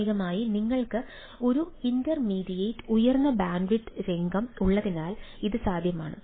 പ്രാഥമികമായി നിങ്ങൾക്ക് ഒരു ഇന്റർമീഡിയറ്റ് ഉയർന്ന ബാൻഡ്വിഡ്ത്ത് രംഗം ഉള്ളതിനാൽ ഇത് സാധ്യമാണ്